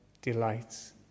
delights